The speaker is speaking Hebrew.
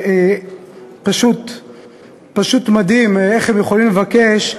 פשוט מדהים איך הם יכולים לבקש,